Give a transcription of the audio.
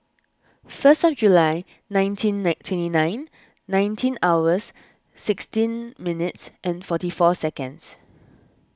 first July nineteen twenty nine nineteen hours sixteen minutes and forty four seconds